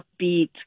upbeat